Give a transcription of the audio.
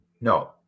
No